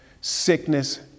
sickness